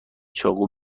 چاقو